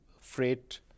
freight